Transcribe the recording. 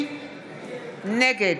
יעקב,